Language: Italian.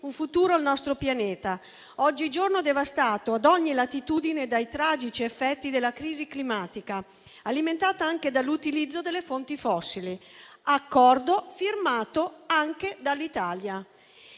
un futuro al nostro pianeta, oggigiorno devastato ad ogni latitudine dai tragici effetti della crisi climatica, alimentata anche dall'utilizzo delle fonti fossili, accordo firmato anche dall'Italia.